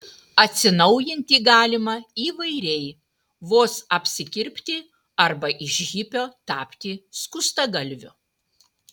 atsinaujinti galima įvairiai vos apsikirpti arba iš hipio tapti skustagalviu